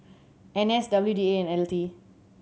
N S W D A and L T